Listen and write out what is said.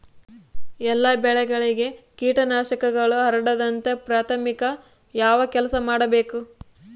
ಎಲ್ಲ ಬೆಳೆಗಳಿಗೆ ಕೇಟನಾಶಕಗಳು ಹರಡದಂತೆ ಪ್ರಾಥಮಿಕ ಯಾವ ಕೆಲಸ ಮಾಡಬೇಕು?